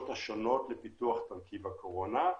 השונות לפיתוח תרכיב החיסון כנגד קורונה.